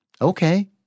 okay